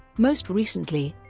most recently,